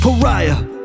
Pariah